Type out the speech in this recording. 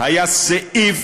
היה סעיף